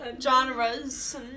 genres